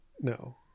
No